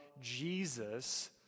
Jesus